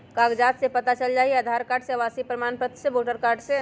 कागज से पता चल जाहई, आधार कार्ड से, आवासीय प्रमाण पत्र से, वोटर कार्ड से?